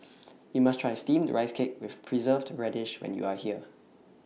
YOU must Try Steamed Rice Cake with Preserved Radish when YOU Are here